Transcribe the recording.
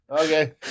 okay